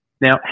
Now